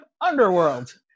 Underworld